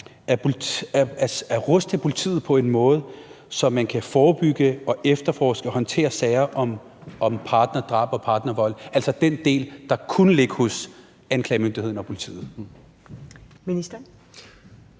at ruste politiet på en måde, så man kan forebygge, efterforske og håndtere sager om partnerdrab og partnervold, altså den del, der kunne ligge hos anklagemyndigheden og politiet?